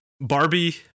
Barbie